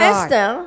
Esther